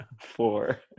four